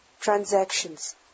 transactions